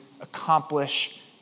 accomplish